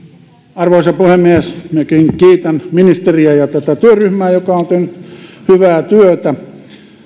arvoisa puhemies minäkin kiitän ministeriä ja tätä työryhmää joka on tehnyt hyvää työtä